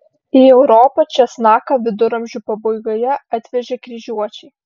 į europą česnaką viduramžių pabaigoje atvežė kryžiuočiai